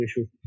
issue